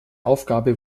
aufgabe